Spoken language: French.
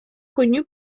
connu